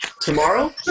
Tomorrow